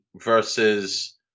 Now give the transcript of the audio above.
Versus